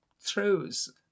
throws